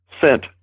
sent